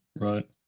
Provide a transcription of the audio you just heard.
Right